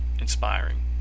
inspiring